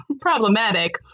problematic